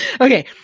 Okay